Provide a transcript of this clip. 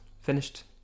finished